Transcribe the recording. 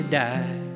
die